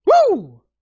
Woo